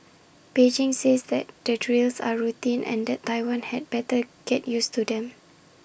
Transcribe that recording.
Beijing says that the drills are routine and that Taiwan had better get used to them